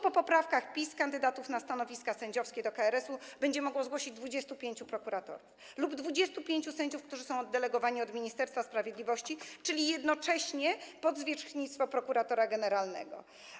Po poprawkach PiS kandydatów na stanowiska sędziowskie do KRS-u będzie mogło zgłosić 25 prokuratorów lub 25 sędziów, którzy są oddelegowani do Ministerstwa Sprawiedliwości, czyli jednocześnie pod zwierzchnictwo prokuratora generalnego.